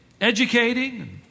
educating